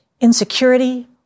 insecurity